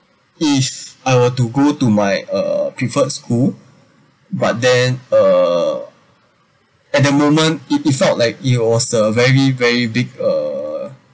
if I were to go to my uh preferred school but then uh at the moment it it felt like it was a very very big uh